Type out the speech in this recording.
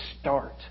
start